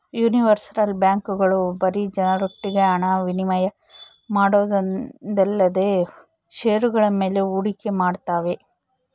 universal ಬ್ಯಾಂಕ್ಗಳು ಬರೀ ಜನರೊಟ್ಟಿಗೆ ಹಣ ವಿನಿಮಯ ಮಾಡೋದೊಂದೇಲ್ದೆ ಷೇರುಗಳ ಮೇಲೆ ಹೂಡಿಕೆ ಮಾಡ್ತಾವೆ